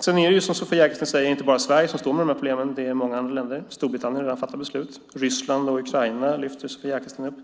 Som Sofia Arkelsten säger är det inte bara Sverige som står med de här problemen utan många andra länder. Storbritannien har redan fattat beslut. Ryssland och Ukraina lyfte Sofia Arkelsten fram.